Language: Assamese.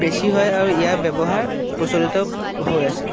বেছি হয় আৰু ইয়াৰ ব্যৱহাৰ প্ৰচলিত হৈ আছে